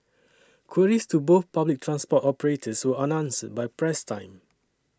queries to both public transport operators were unanswered by press time